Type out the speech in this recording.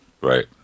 Right